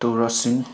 ꯊꯧꯔꯝꯁꯤꯡ